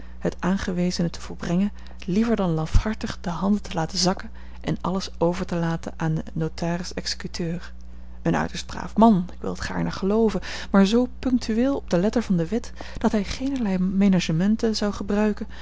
het aangewezene te volbrengen liever dan lafhartig de handen te laten zakken en alles over te laten aan den notaris executeur een uiterst braaf man ik wil t gaarne gelooven maar zoo punctueel op de letter van de wet dat hij geenerlei menagementen zou gebruiken